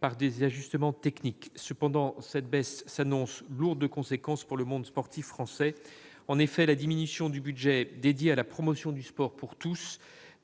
par des ajustements techniques. Cependant, cette baisse s'annonce lourde de conséquences pour le monde sportif français. En effet, la diminution du budget dédié à la promotion du sport pour tous